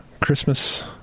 Christmas